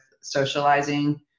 socializing